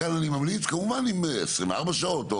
ממליץ כמובן אם 24 שעות,